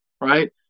right